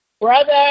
brother